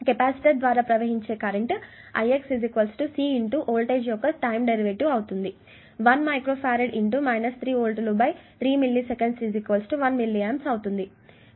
కాబట్టి కెపాసిటర్ ద్వారా ప్రవహించే కరెంట్ ఈ దిశ లో ix C వోల్టేజ్ యొక్క టైం డెరివేటివ్ ఇది 1 మైక్రో ఫారడ్ 3 వోల్ట్లు 3 మిల్లీ సెకన్ల 1 మిల్లీ ఆంప్స్ అవుతుంది